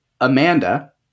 Amanda